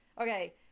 Okay